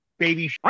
baby